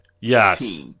Yes